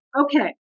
Okay